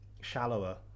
shallower